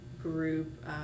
Group